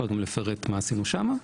אפשר גם לפרט מה עשינו שם.